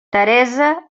teresa